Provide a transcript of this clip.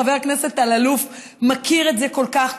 חבר הכנסת אלאלוף מכיר את זה כל כך,